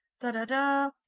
Da-da-da